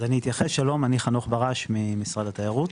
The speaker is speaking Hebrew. אני ממשרד התיירות